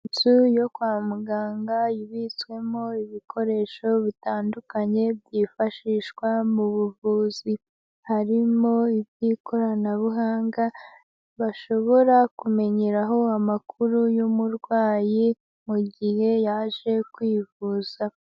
Inzu yo kwa muganga ibitswemo ibikoresho bitandukanye byifashishwa mu buvuzi. Harimo iby'ikoranabuhanga bashobora kumenyeraho amakuru y'umurwayi mu gihe yaje kwivuza.